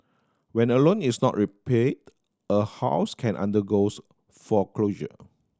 when a loan is not repaid a house can undergoes foreclosure